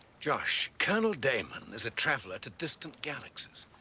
josh, colonel damon is a traveler to distant galaxies.